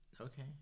Okay